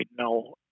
no